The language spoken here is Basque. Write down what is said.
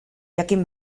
jakin